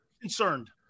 concerned